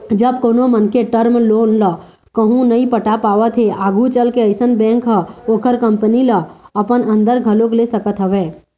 जब कोनो मनखे टर्म लोन ल कहूँ नइ पटा पावत हे आघू चलके अइसन बेंक ह ओखर कंपनी ल अपन अंदर घलोक ले सकत हवय